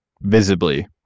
visibly